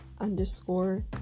underscore